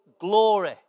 glory